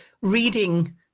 reading